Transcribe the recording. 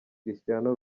cristiano